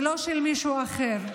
ולא של מישהו אחר.